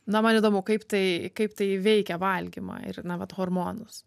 na man įdomu kaip tai kaip tai veikia valgymą ir na vat hormonus